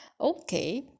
Okay